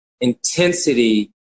intensity